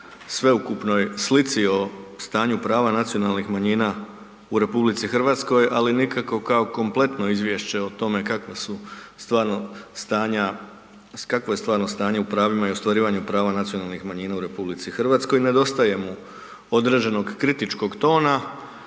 sveukupnoj slici o stanju prava nacionalnih manjina u RH, ali nikako kao kompletno izvješće o tome kakva su stvarno stanja, kakvo je stvarno stanje u pravima i ostvarivanju prava nacionalnih manjina u RH. Nedostaje mu određenog kritičkog tona